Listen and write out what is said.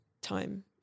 time